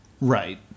Right